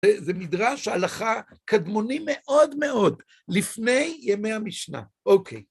זה מדרש הלכה קדמוני מאוד מאוד, לפני ימי המשנה.